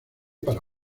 para